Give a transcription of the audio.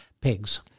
pigs